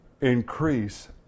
Increase